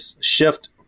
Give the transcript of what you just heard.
shift